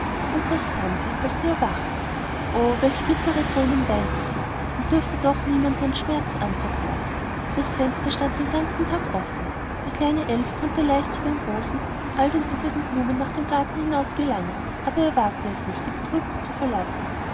und das fand sie als sie erwachte o welche bittere thränen weinte sie und durfte doch niemand ihren schmerz anvertrauen das fenster stand den ganzen tag offen der kleine elf konnte leicht zu den rosen und all den übrigen blumen nach dem garten hinaus gelangen aber er wagte es nicht die betrübte zu verlassen